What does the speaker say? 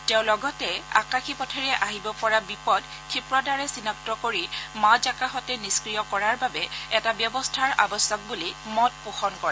তেওঁ লগতে আকাশী পথেৰে আহিব পৰা বিপদ ক্ষিপ্ৰতাৰে চিনাক্ত কৰি মাজ আকাশতে নিস্ক্ৰীয় কৰাৰ বাবে এটা ব্যৱস্থাৰ আৱশ্যক বুলি মত পোষণ কৰে